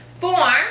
form